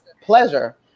pleasure